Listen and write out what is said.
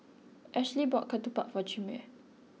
Ashlee bought Ketupat for Chimere